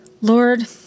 Lord